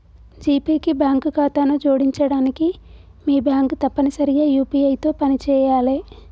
GPay కి bank ఖాతాను జోడించడానికి మీ బ్యాంక్ తప్పనిసరిగా యూ.పీ.ఐ తో పనిచేయాలే